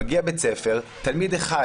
מגיע לבית תלמיד אחד,